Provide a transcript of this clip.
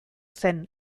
zen